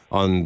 on